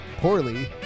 poorly